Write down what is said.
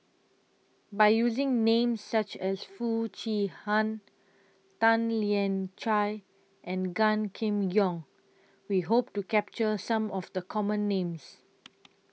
By using Names such as Foo Chee Han Tan Lian Chye and Gan Kim Yong We Hope to capture Some of The Common Names